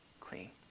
clean